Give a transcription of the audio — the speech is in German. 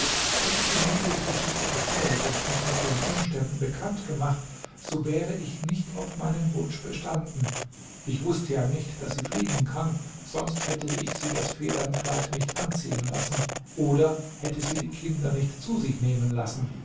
hättest du mir ihre geschichte erzählt und mich mit ihren umständen bekannt gemacht so wäre ich nicht auf meinem wunsch bestanden ich wußte ja nicht daß sie fliegen kann sonst hätte ich sie das federnkleid nicht anziehen lassen oder hätte sie die kinder nicht zu sich nehmen lassen